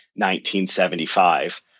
1975